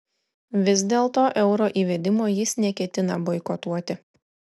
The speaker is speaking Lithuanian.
vis dėlto euro įvedimo jis neketina boikotuoti